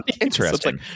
interesting